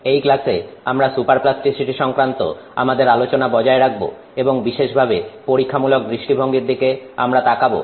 এই ক্লাসে আমরা সুপার প্লাস্টিসিটি সংক্রান্ত আমাদের আলোচনা বজায় রাখব এবং বিশেষভাবে পরীক্ষামূলক দৃষ্টিভঙ্গির দিকে আমরা তাকাবো